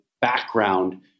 background